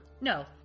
No